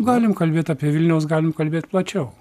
galim kalbėt apie vilniaus galim kalbėt plačiau